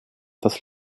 das